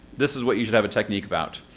this is what you should have a technique about.